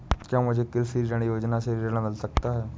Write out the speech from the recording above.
क्या मुझे कृषि ऋण योजना से ऋण मिल सकता है?